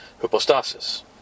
hypostasis